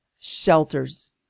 shelters